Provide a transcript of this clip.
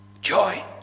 Joy